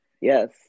Yes